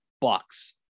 bucks